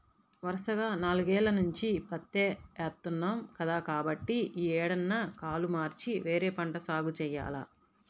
వరసగా నాలుగేల్ల నుంచి పత్తే ఏత్తన్నాం కదా, కాబట్టి యీ ఏడన్నా కాలు మార్చి వేరే పంట సాగు జెయ్యాల